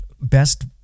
best